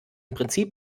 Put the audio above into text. prinzip